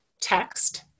text